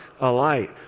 alight